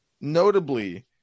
Notably